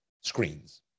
screens